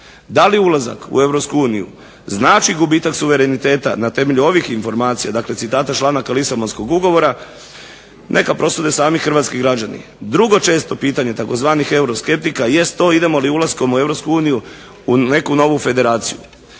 Da li ulazak u Europsku uniju znači gubitak suvereniteta na temelju ovih informacija, dakle citata članaka Lisabonskog ugovora neka prosude sami građani. Drugo često pitanje tzv. euroskeptika jest to idemo li ulaskom u Europsku uniju u neku novu federaciju,